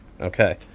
Okay